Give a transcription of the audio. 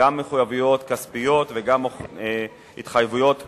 גם מחויבויות כספיות וגם התחייבויות תוכניות,